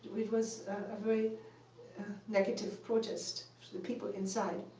it was a very negative protest for the people inside.